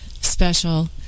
special